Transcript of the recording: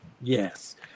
yes